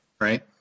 right